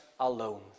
Alone